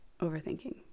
overthinking